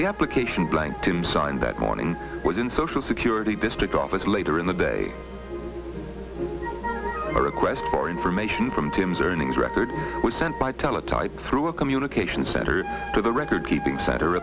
the application blank to him sign that morning was in social security district office later in the day a request for information from tim's earnings record was sent by teletype through a communication center to the record keeping center